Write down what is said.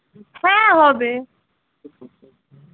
হ্যাঁ হবে